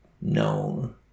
known